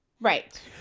Right